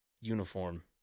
uniform